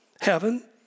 heaven